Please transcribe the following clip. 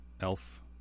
elf